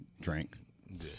drank